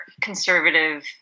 conservative